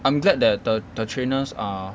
I'm glad that the the trainers are